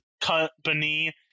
company